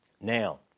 Now